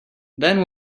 then